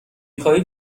خواهید